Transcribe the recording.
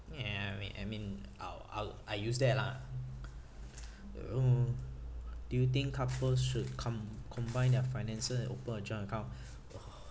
ya I mean I mean I'll I'll I use that lah um do you think couples should com~ combine their finances and open a joint account uh